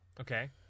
Okay